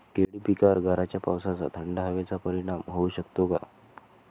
केळी पिकावर गाराच्या पावसाचा, थंड हवेचा परिणाम होऊ शकतो का?